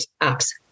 apps